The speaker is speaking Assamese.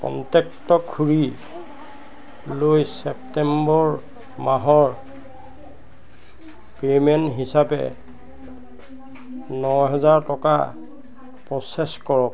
কন্টেক্ট খুড়ীলৈ ছেপ্টেম্বৰ মাহৰ পে'মেণ্ট হিচাপে ন হেজাৰ টকা প্ৰ'চেছ কৰক